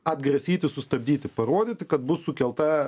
atgrasyti sustabdyti parodyti kad bus sukelta